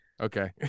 okay